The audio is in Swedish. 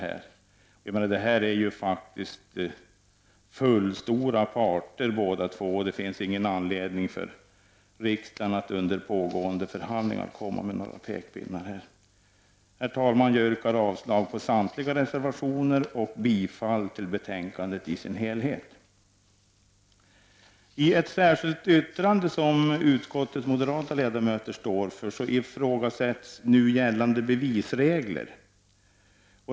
Båda två är faktiskt fullstora parter, och det finns ingen anledning för riksdagen att under pågående förhandlingar komma med några pekpinnar. Herr talman! Jag yrkar avslag på samtliga reservationer och bifall till utskottets hemställan i dess helhet. I ett särskilt yttrande som utskottets moderata ledamöter står för ifrågasätts nu gällande bevisregler.